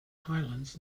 highlands